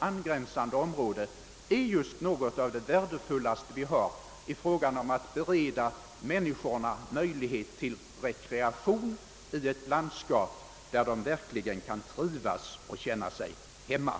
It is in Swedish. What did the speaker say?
angränsande område är just något av det värdefullaste vi har i fråga om att bereda människorna möjlighet till rekreation i ett landskap där de verkligen kan trivas och känna sig hemma.